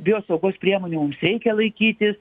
biosaugos priemonių mums reikia laikytis